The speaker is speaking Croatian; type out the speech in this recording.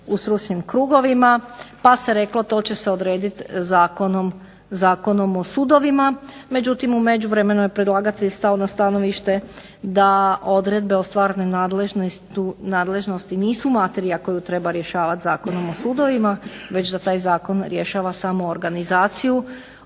u stručnim krugovima, pa se reklo to će se odrediti Zakonom o sudovima, međutim u međuvremenu je predlagatelj stao na stanovište da odredbe o stvarnoj nadležnosti nisu materija koju treba rješavati Zakonom o sudovima, već da taj zakon rješava samo organizaciju